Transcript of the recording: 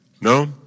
No